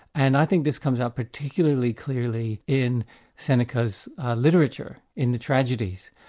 and i think this comes up particularly clearly in seneca's literature, in the tragedies.